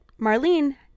Marlene